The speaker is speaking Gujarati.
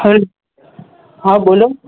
હાય હા બોલો